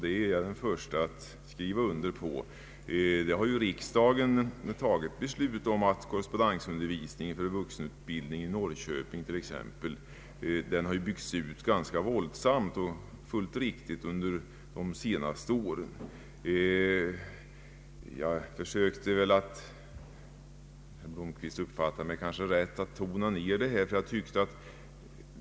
Det är jag den förste att skriva under, och riksdagen har tagit ett beslut om korrespondensundervisning för vuxna i Norrköping. Denna har byggts ut ganska snabbt under de senaste åren. Jag tror herr Blomquist riktigt uppfattade att jag försökte tona ned detta.